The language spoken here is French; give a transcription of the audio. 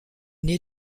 née